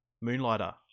Moonlighter